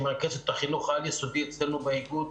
שהיא מרכזת החינוך העל-יסודי אצלנו באיגוד,